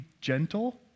gentle